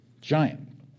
giant